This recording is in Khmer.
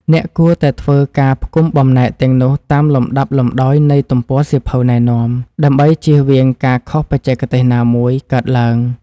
អ្នកគួរតែធ្វើការផ្គុំបំណែកទាំងនោះតាមលំដាប់លំដោយនៃទំព័រសៀវភៅណែនាំ ដើម្បីជៀសវាងការខុសបច្ចេកទេសណាមួយកើតឡើង។